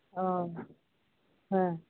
ᱳ ᱦᱮᱸ